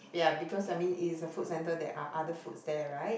ya because I mean it is a food centre there are other foods there right